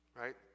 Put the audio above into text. right